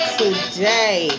today